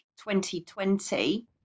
2020